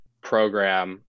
program